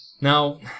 now